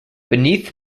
beneath